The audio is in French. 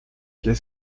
qu’est